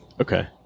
Okay